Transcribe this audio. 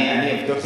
אני אבדוק את זה.